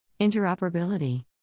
Interoperability